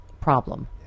problem